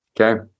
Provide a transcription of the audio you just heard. Okay